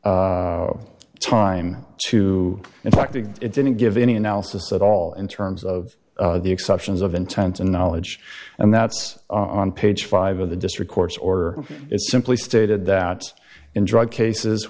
short time to in fact if it didn't give any analysis at all in terms of the exceptions of intent and knowledge and that's on page five of the district court's order is simply stated that in drug cases